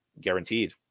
guaranteed